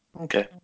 Okay